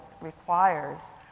requires